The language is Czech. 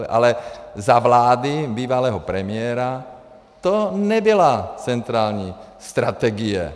Ale za vlády bývalého premiéra to nebyla centrální strategie.